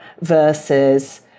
versus